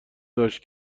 داشت